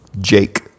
Jake